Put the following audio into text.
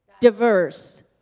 Diverse